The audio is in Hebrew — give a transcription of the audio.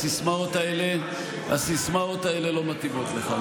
הסיסמאות האלה לא מתאימות לך,